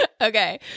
Okay